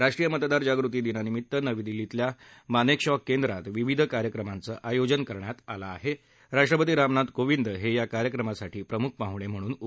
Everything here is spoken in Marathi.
राष्ट्रीय मतदार जागृती दिनानिमित्त नवी दिल्लीतल्या मानेकशॉ केंद्रात विविध कार्यक्रमांचं आयोजन करण्यात आलं असून राष्ट्रपती रामनाथ कोविंद हे या कार्यक्रमासाठी प्रमुख पाहणे म्हणून उपस्थित राहाणार आहेत